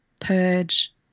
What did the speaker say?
purge